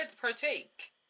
partake